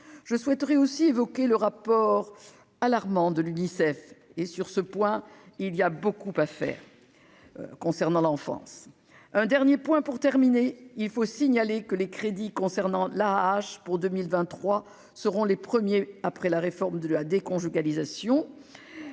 je souhaiterais aussi évoqué le rapport alarmant de l'UNICEF et sur ce point, il y a beaucoup à faire concernant l'enfance un dernier point pour terminer, il faut signaler que les crédits concernant la hache pour 2023 seront les premiers après la réforme de la déconjugalisation